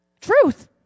Truth